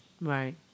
Right